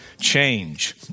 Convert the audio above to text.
change